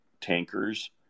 tankers